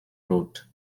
rote